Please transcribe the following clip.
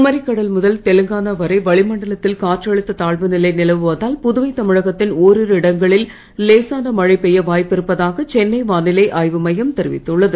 குமரிக் கடல் முதல் தெலுங்கானா வரை வளிமண்டலத்தில் காற்றழுத்தத் தாழ்வுநிலை நிலவுவதால் புதுவை தமிழகத்தின் ஓரிரு இடங்களில் லேசான மழை பெய்ய வாய்ப்பிருப்பதாக சென்னை வானிலை மையம் தெரிவித்துள்ளது